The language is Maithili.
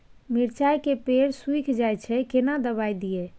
मिर्चाय के पेड़ सुखल जाय छै केना दवाई दियै?